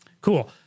Cool